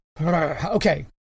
Okay